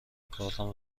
کارتم